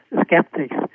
skeptics